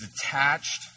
detached